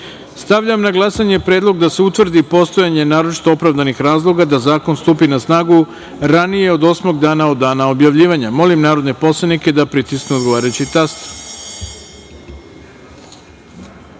na glasanje predlog da se utvrdi postojanje naročito opravdanih razloga da zakon stupi na snagu ranije od osmog dana od dana objavljivanja. Molim narodne poslanike da pritisnu odgovarajući